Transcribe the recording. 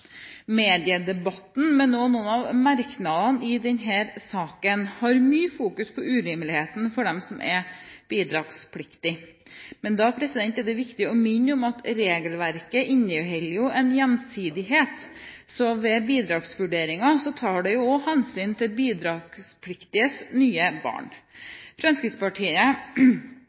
mediedebatten, i tillegg til i noen av merknadene i denne saken, er det fokusert mye på urimeligheten for dem som er bidragspliktige. Da er det viktig å minne om at regelverket jo inneholder en gjensidighet. Ved bidragsvurderingen tar en også hensyn til bidragspliktiges nye barn. Fremskrittspartiet